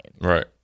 Right